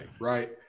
Right